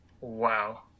wow